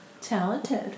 Talented